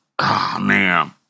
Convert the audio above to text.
man